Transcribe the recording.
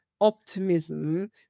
optimism